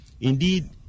Indeed